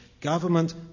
government